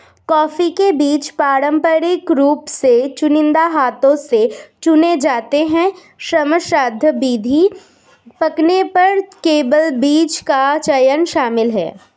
coffee के बीज पारंपरिक रूप से चुनिंदा हाथ से चुने जाते हैं, श्रमसाध्य विधि, पकने पर केवल बीज का चयन शामिल है